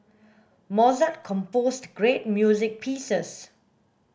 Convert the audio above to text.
Mozart composed great music pieces